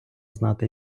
знати